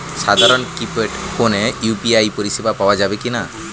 সাধারণ কিপেড ফোনে ইউ.পি.আই পরিসেবা পাওয়া যাবে কিনা?